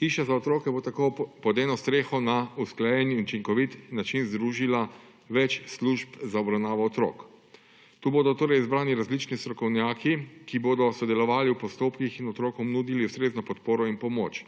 Hiša za otroke bo tako pod eno streho na usklajen in učinkovit način združila več služb za obravnavo otrok. Tu bodo torej zbrani različni strokovnjaki, ki bodo sodelovali v postopkih in otrokom nudili ustrezno podporo in pomoč,